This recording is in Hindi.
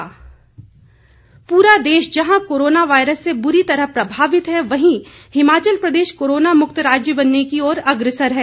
कोरोना पूरा देश जहां कोरोना वायरस से बुरी तरह प्रभावित हैं वहीं हिमाचल प्रदेश कोरोना मुक्त राज्य बनने की ओर अग्रसर है